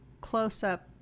close-up